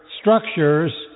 structures